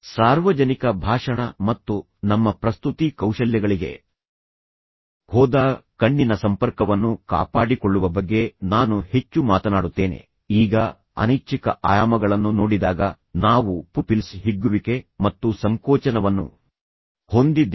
ಸಾರ್ವಜನಿಕ ಭಾಷಣ ಮತ್ತು ನಮ್ಮ ಪ್ರಸ್ತುತಿ ಕೌಶಲ್ಯಗಳಿಗೆ ಹೋದಾಗ ಕಣ್ಣಿನ ಸಂಪರ್ಕವನ್ನು ಕಾಪಾಡಿಕೊಳ್ಳುವ ಬಗ್ಗೆ ನಾನು ಹೆಚ್ಚು ಮಾತನಾಡುತ್ತೇನೆ ಈಗ ಅನೈಚ್ಛಿಕ ಆಯಾಮಗಳನ್ನು ನೋಡಿದಾಗ ನಾವು ಪುಪಿಲ್ಸ್ ಹಿಗ್ಗುವಿಕೆ ಮತ್ತು ಸಂಕೋಚನವನ್ನು ಹೊಂದಿದ್ದೇವೆ